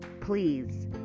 please